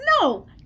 No